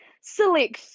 select